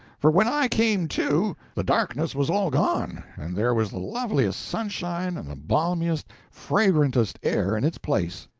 for, when i came to the darkness was all gone and there was the loveliest sunshine and the balmiest, fragrantest air in its place.